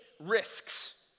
risks